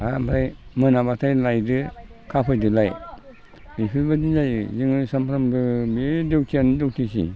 आमफ्राय मोनाब्लाथाय नायदो खाफैदोलाय बिफोरबायदि जायो बिदिनो जोङो सामफ्रामबो बे डिउटियानो डिउटिसै